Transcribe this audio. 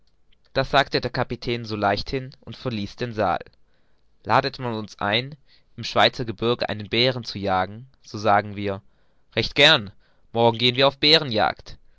das sagte der kapitän so leichthin und verließ den saal ladet man uns ein im schweizergebirge einen bären zu jagen so sagen wir recht gern morgen gehen wir auf